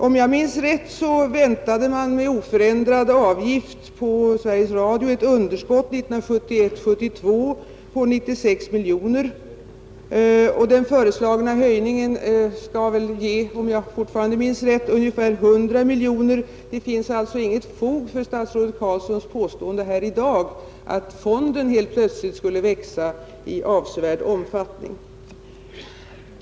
Om jag minns rätt, väntade man vid oförändrad avgift för Sveriges Radio ett underskott för 1971/72 på 96 miljoner kronor, och den föreslagna höjningen skall väl ge ungefär 100 miljoner kronor. Det finns alltså inget fog för statsrådet Carlssons påstående här i dag att fonden helt plötsligt skulle växa i avsevärd omfattning.